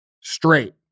straight